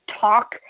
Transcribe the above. talk